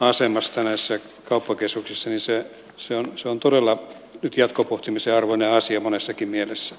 asemasta näissä kauppakeskuksissa ja se se on se on todella nyt jatkopohtimisen arvoinen asia monessakin mielessä